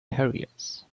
harriers